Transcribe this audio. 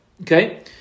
Okay